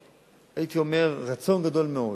הייתי אומר, רצון גדול מאוד